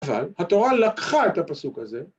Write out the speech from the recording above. אבל התורה לקחה את הפסוק הזה...